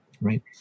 right